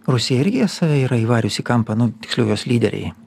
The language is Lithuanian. rusija irgi save yra įvarius į kampą nu tiksliau jos lyderiai